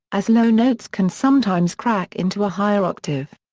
as low notes can sometimes crack into a higher octave.